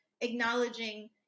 acknowledging